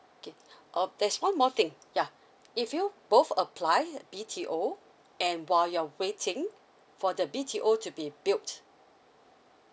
okay um there's one more thing yeah if you both apply B_T_O and while you're waiting for the B_T_O to be built